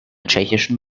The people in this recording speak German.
tschechischen